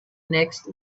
next